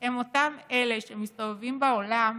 הם אותם אלה שמסתובבים בעולם